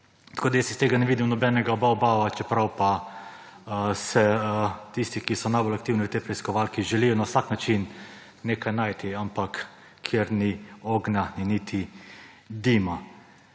Jaz iz tega ne vidim nobenega bavbava, čeprav pa tisti, ki so najbolj aktivni v tej preiskovalki, želijo na vsak način nekaj najti; ampak kjer ni ognja, ni niti dima.